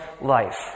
life